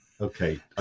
Okay